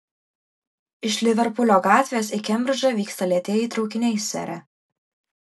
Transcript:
iš liverpulio gatvės į kembridžą vyksta lėtieji traukiniai sere